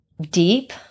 deep